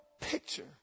picture